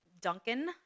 Duncan